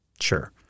sure